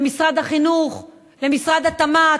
למשרד החינוך, למשרד התמ"ת,